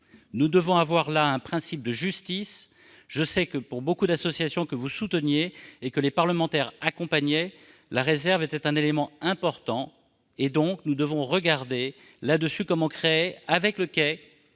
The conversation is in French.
Nous devons avoir là un principe de justice, je sais que pour beaucoup d'associations que vous souteniez et que les parlementaires accompagnaient, la réserve était un élément important et donc nous devons regarder là-dessus comment créer avec le Quai